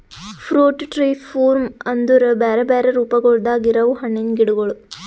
fruit tree form ಅಂದುರ್ ಬ್ಯಾರೆ ಬ್ಯಾರೆ ರೂಪಗೊಳ್ದಾಗ್ ಇರವು ಹಣ್ಣಿನ ಗಿಡಗೊಳ್